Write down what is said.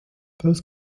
both